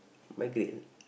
migrate ah